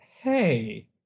hey